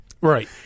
Right